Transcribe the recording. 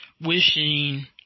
wishing